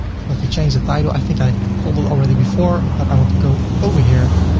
want to change the title, i think i told it already before, but i want to go over here,